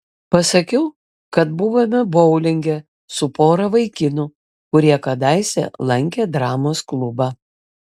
pasakiau kad buvome boulinge su pora vaikinų kurie kadaise lankė dramos klubą